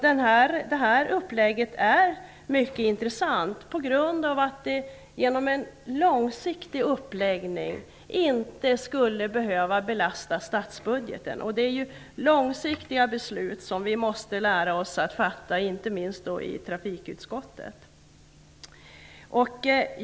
Detta upplägg är mycket intressant på grund av att man genom en långsiktig uppläggning inte skulle behöva belasta statsbudgeten. Det är ju långsiktiga beslut som vi måste lära oss att fatta, inte minst i trafikutskottet.